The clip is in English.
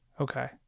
Okay